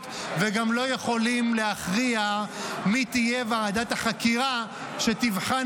וגם לא יכולים להכריע מי תהיה ועדת החקירה שתבחן